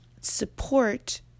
support